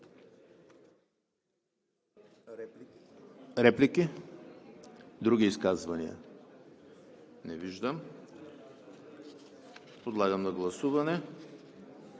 Реплики? Други изказвания? Не виждам. Подлагам на гласуване